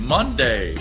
Monday